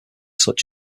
such